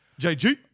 JG